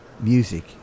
music